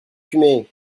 fumer